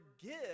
forgive